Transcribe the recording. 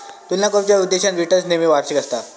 तुलना करुच्या उद्देशान रिटर्न्स नेहमी वार्षिक आसतत